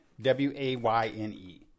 w-a-y-n-e